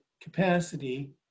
capacity